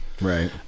Right